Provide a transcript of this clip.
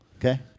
Okay